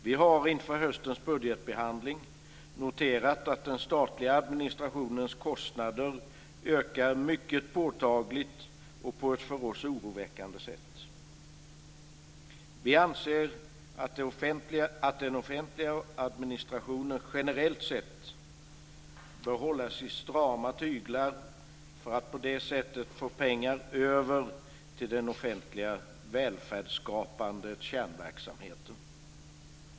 Vi har inför höstens budgetbehandling noterat att den statliga administrationens kostnader ökar mycket påtagligt och på ett för oss oroväckande sätt. Vi anser att den offentliga administrationen generellt sett bör hållas i strama tyglar för att på det sättet få pengar över till den offentliga, välfärdsskapande kärnverksamheten.